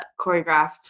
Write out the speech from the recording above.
choreographed